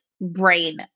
brain